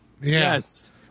yes